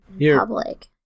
public